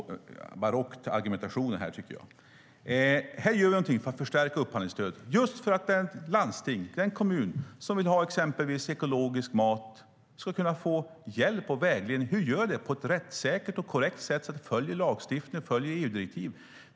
Argumentationen är barock, tycker jag. Vi gör någonting för att förstärka upphandlingsstödet just för att det landsting eller den kommun som vill ha exempelvis ekologisk mat ska kunna få hjälp och vägledning när det gäller hur man gör det på ett rättssäkert och korrekt sätt så att det följer lagstiftningen och EU-direktiv.